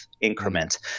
increment